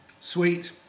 sweet